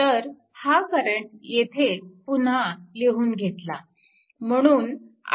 तर हा करंट येथे पुन्हा लिहून घेतला